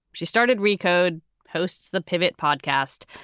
she started recode posts the pivot podcast,